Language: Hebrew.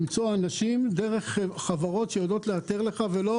למצוא אנשים דרך חברות שיודעות לאתר לך ולא